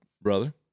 brother